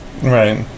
Right